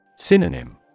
Synonym